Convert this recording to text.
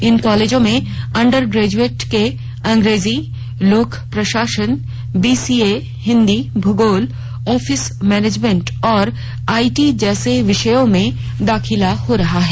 इन कालेजों में undergraduate के अंग्रेजी लोक प्रशासन बीसीए हिंदी भूगोल आफिस मैनेजमेंट और आइटी जैसे विषयों में दाखिला हो रहा है